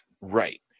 Right